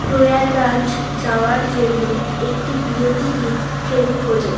প্রয়াগরাজ যাওয়ার জন্য একটি বিরতিহীন ট্রেন খোঁজো